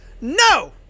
No